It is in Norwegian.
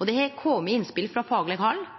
Det har kome innspel frå fagleg hald